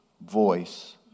voice